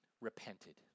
repented